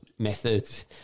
Methods